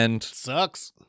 Sucks